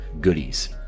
goodies